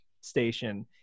station